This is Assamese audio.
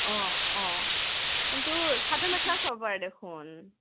অঁ অঁ কিন্তু চাদৰ মেখেলা চাব পাৰা দেখোন